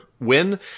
win